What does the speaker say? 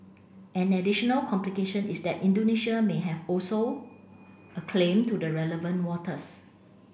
an additional complication is that Indonesia may have also a claim to the relevant waters